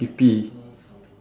skippy